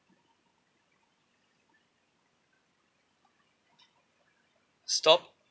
stop